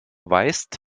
weißt